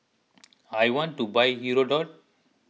I want to buy Hirudoid